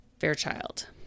Fairchild